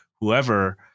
whoever